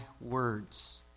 words